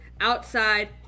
outside